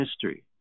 history